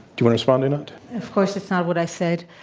to and respond, einat? of course, that's not what i said.